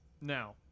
Now